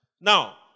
Now